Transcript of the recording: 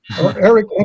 Eric